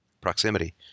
Proximity